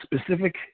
specific